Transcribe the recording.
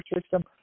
system